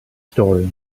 story